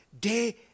day